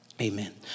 Amen